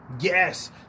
yes